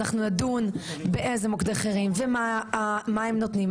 אנחנו נדון באיזה מוקדים אחרים ומה הם נותנים.